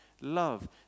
love